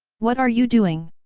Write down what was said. what are you doing?